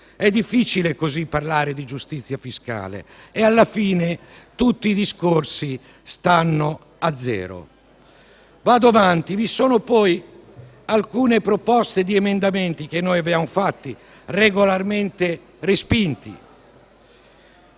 È difficile così parlare di giustizia fiscale e, alla fine, tutti i discorsi stanno a zero. Vi sono poi alcune proposte di emendamenti che noi abbiamo fatto, regolarmente respinte.